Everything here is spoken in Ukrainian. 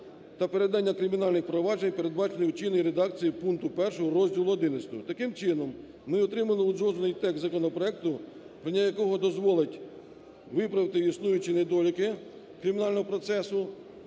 та передання кримінальних проваджень, передбачених у чинній редакції пункту 1 розділу ХІ. Таким чином, ми отримали узгоджений текст законопроекту, прийняття якого дозволить виправити існуючі недоліки кримінального процесу